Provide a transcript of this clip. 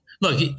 look